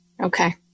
Okay